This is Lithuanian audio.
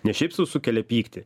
ne šiaip sau sukelia pyktį